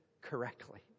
correctly